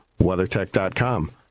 WeatherTech.com